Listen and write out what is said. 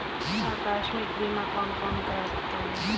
आकस्मिक बीमा कौन कौन करा सकता है?